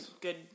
good